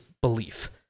belief